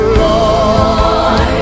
lord